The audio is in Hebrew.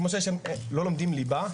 כמו שלא לומדים ליבה,